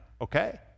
okay